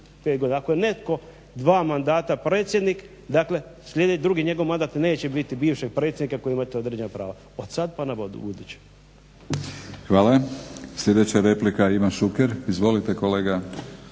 Ako je netko dva mandata predsjednik dakle drugi njegov mandat neće biti bivšeg predsjednika koji će imati određena prava od sada pa ubuduće. **Batinić, Milorad (HNS)** Hvala. Sljedeća replika Ivan Šuker. Izvolite kolega.